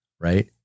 right